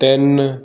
ਤਿੰਨ